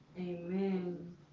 Amen